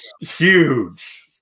huge